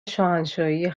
شاهنشاهی